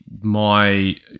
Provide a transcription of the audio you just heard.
my-